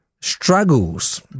Struggles